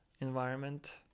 environment